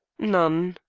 none.